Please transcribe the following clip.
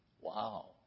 Wow